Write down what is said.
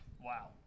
wow